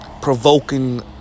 provoking